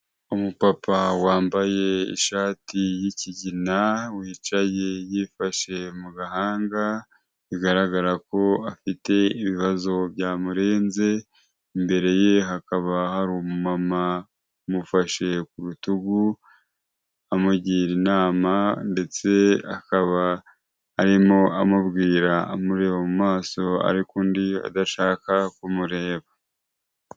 Umupapa wambaye ishati yikigina wicaye yifashe mu gahanga bigaragara ko afite ibibazo byamurenze, imbere ye hakaba hari umumama umufashe ku rutugu amugira inama ndetse akaba arimo amubwira amureba maso ariko undi adashaka kumureba.